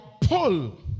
pull